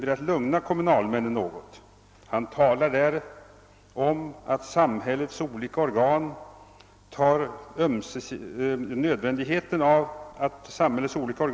För att undgå missförstånd vill jag framhålla att varje kommun enligt min mening bör ha en sådan ekonomisk planering.